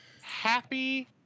happy